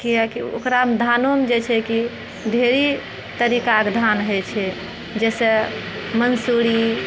किआकि ओकरामे धानोमे जे छै कि ढेरी तरीकाके धान होइत छै जाहिसँ मन्सूरी